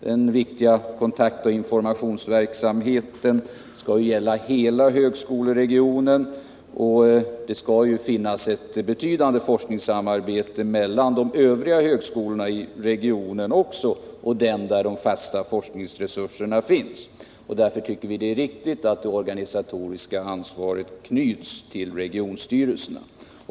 Den viktiga kontaktoch informationsverksamheten skall gälla hela högskoleregionen. Det skall ju ske ett betydande forskningssamarbete mellan de övriga högskolorna i regionen och den där de fasta forskningsresurserna finns. Därför tycker vi att det är riktigt att det organisatoriska ansvaret knyts till regionstyrelserna.